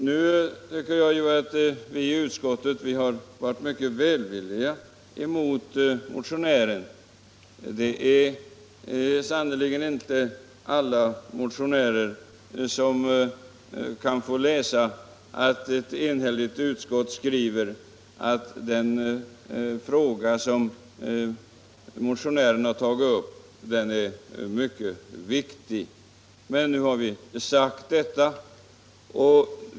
Jag tycker att vi i utskottet varit mycket välvilliga mot motionären. Det är sannerligen inte alla motionärer som kan få läsa att ett enhälligt utskott anser att den fråga motionären tagit upp är mycket viktig. Men här har vi sagt detta.